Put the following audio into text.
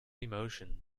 emotion